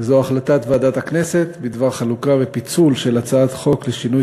וזו החלטת ועדת הכנסת בדבר חלוקה ופיצול הצעת חוק לשינוי